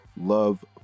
love